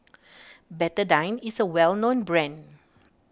Betadine is a well known brand